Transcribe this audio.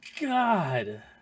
God